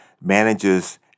manages